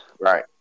right